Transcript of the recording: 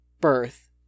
birth